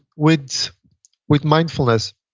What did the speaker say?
with with mindfulness,